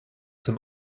zum